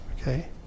okay